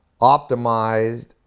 optimized